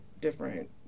different